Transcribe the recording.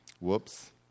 Whoops